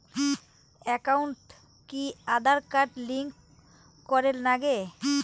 একাউন্টত কি Aadhaar card link করের নাগে?